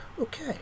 Okay